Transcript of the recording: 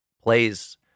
plays